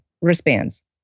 wristbands